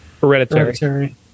Hereditary